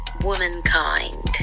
Womankind